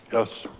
yes.